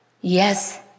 yes